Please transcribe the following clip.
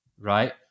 right